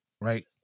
right